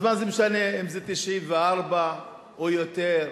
אז מה זה משנה אם זה 94 או יותר,